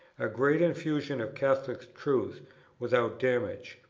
a great infusion of catholic truth without damage.